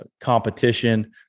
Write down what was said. competition